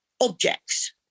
objects